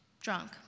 drunk